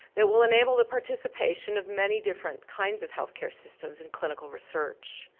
that will enable the participation of many different kinds of healthcare systems in clinical research.